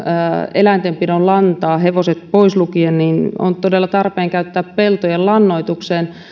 eläintenpidon lantaa hevoset pois lukien on todella tarpeen käyttää peltojen lannoitukseen